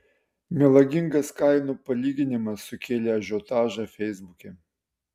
melagingas kainų palyginimas sukėlė ažiotažą feisbuke